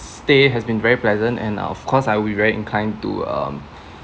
stay has been very pleasant and uh of course I will be very inclined to um